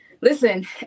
Listen